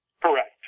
Correct